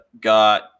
got